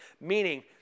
Meaning